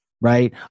right